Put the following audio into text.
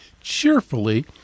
cheerfully –